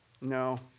no